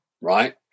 right